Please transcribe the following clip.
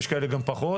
ויש כאלה גם פחות,